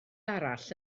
arall